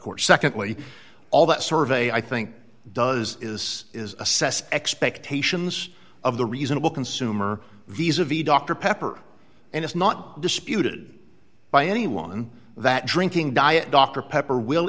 court secondly all that survey i think does is assess expectations of the reasonable consumer visa v dr pepper and it's not disputed by anyone that drinking diet dr pepper will